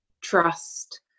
trust